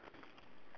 clockwise okay ya